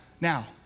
Now